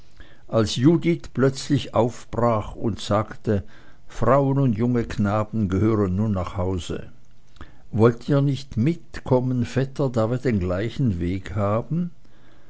als judith plötzlich aufbrach und sagte frauen und junge knaben gehören nun nach hause wollt ihr nicht mitkommen vetter da wir den gleichen weg haben